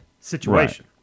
situation